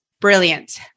Brilliant